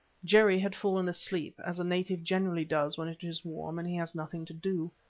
jerry had fallen asleep, as a native generally does when it is warm and he has nothing to do.